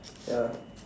ya